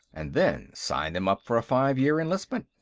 and then sign them up for a five year enlistment.